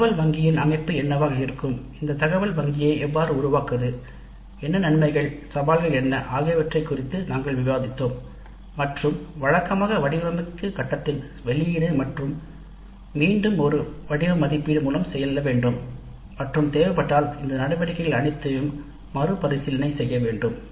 உருப்படி வங்கியின் அமைப்பு என்னவாக இருக்கும் இந்த உருப்படியை எவ்வாறு உருவாக்குவது என்ன நன்மைகள் சவால்கள் என்ன ஆகியவற்றைக் குறித்து நாங்கள் விவாதித்தோம் வழக்கமாக வடிவமைப்பு கட்டத்தின் வெளியீடு மீண்டும் ஒரு வடிவ மதிப்பீடு மூலம் செல்ல வேண்டும் இந்த நடவடிக்கைகள் அனைத்தையும் நாங்கள் மறுபரிசீலனை செய்ய வேண்டும்